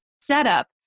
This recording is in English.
setup